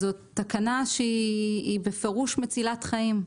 זאת תקנה שהיא בפירוש מצילת חיים.